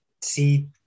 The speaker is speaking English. see